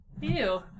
Ew